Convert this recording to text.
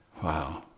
wow.